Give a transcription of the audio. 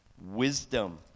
wisdom